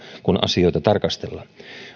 kun asioita tarkastellaan